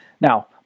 Now